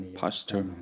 pastor